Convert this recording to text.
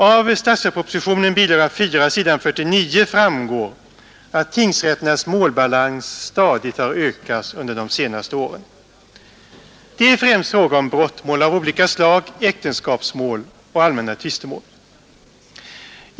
Av statsverkspropositionen, bilaga 4, s. 49, framgår att tingsrätternas målbalans stadigt har ökat under de senaste åren. Det är främst fråga om brottmål av olika slag, äktenskapsmål och allmänna tvistemål.